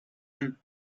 and